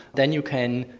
then you can.